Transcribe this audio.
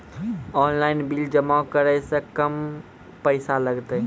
Online bill जमा करै से कम पैसा लागतै?